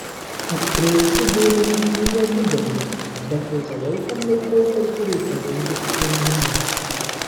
atkreipsiu dėmesį į nedidelius bet ilgalaikiam laikotarpiui reikalingus sprendimus